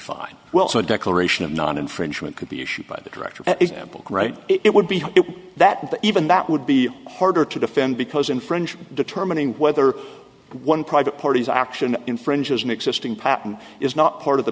fine well so a declaration of non infringement could be issued by the director is ample right it would be that the even that would be harder to defend because infringe determining whether one private parties action infringes an existing patent is not part of the